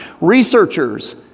Researchers